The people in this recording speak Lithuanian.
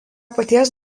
paties